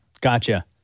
Gotcha